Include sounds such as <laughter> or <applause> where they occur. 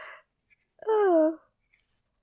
<breath> oh